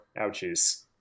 ouchies